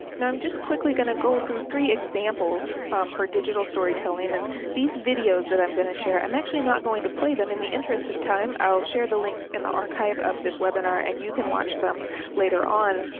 now i'm just quickly going to go through three examples for digital storytelling. and these videos that i'm going to share, i'm actually not going to play them in the interest of time. i will share the links in the archive of this webinar and you can watch them later on.